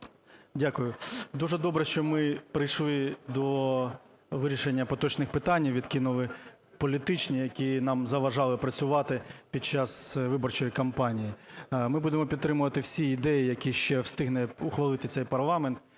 дякую. Дуже добре, що ми прийшли до вирішення поточних питань і відкинули політичні, які нам заважали працювати під час виборчої кампанії. Ми будемо підтримувати всі ідеї, які ще встигне ухвалити цей парламент,